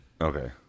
Okay